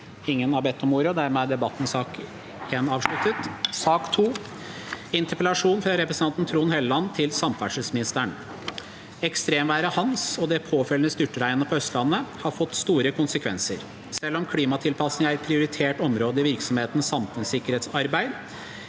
Ingen har bedt om ordet. S ak nr. 2 Interpellasjon fra representanten Trond Helleland til samferdselsministeren: «Ekstremværet «Hans» og det påfølgende styrtregnet på Østlandet har fått store konsekvenser. Selv om klima- tilpasning er et prioritert område i virksomhetenes sam- funnssikkerhetsarbeid,